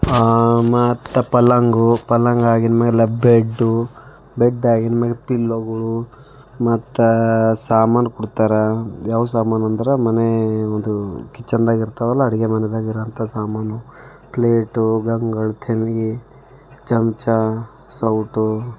ಮತ್ತೆ ಪಲ್ಲಂಗ ಪಲಂಗ ಆಗಿದ್ಮೇಲೆ ಬೆಡ್ಡು ಬೆಡ್ ಆಗಿದ್ಮ್ಯಾಗೆ ಪಿಲ್ಲೋಗಳು ಮತ್ತೆ ಸಾಮಾನು ಕೊಡ್ತಾರೆ ಯಾವ ಸಾಮಾನಂದ್ರೆ ಮನೆ ಅದು ಕಿಚನ್ದಾಗಿರ್ತಾವಲ್ಲ ಅಡುಗೆ ಮನೆಯಾಗೆ ಇರೋಂಥ ಸಾಮಾನು ಪ್ಲೇಟು ಗಂಗಳು ತಂಬ್ಗೆ ಚಮಚಾ ಸೌಟು